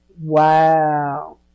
Wow